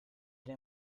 der